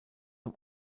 zum